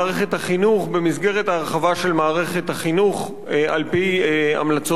במסגרת ההרחבה של מערכת החינוך על-פי המלצות ועדת-טרכטנברג.